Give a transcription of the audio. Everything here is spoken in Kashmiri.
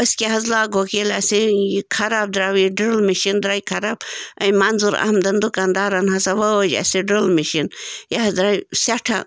أسۍ کیٛاہ حظ لاگٕہوکھ ییٚلہِ اَسہِ یہِ خراب دَراو یہِ ڈٕرل مِشیٖن دَرایہِ خراب یِم منظوٗر احمدن دُکان دارن ہَسا وٲج اَسہِ ڈٕرل مِشیٖن یہِ حظ دَراے سٮ۪ٹھاہ